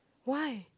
why